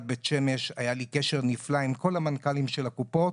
בית שמש היה לי קשר נפלא עם כל המנכ"לים של קופות